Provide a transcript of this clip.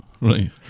Right